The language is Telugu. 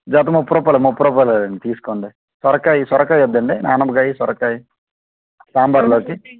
జత ముప్పై రూపాలు ముప్పై రూపాయిలు అండి తీసుకోండి సొరకాయ సొరకాయ వద్దండి అనపకాయ సొరకాయి సాంబార్లోకి